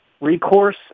recourse